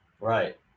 right